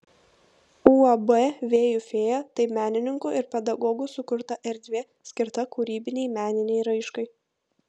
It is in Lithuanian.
uab vėjų fėja tai menininkų ir pedagogų sukurta erdvė skirta kūrybinei meninei raiškai